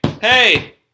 hey